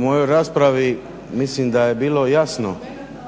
mojoj raspravi mislim da je bilo jasno